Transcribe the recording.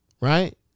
Right